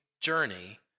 journey